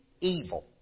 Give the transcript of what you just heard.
evil